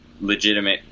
legitimate